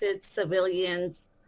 civilians